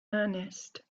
earnest